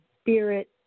spirit